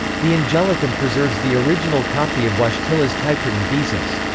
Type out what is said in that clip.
the angelicum preserves the original copy of wojtyla's typewritten thesis.